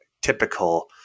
typical